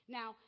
Now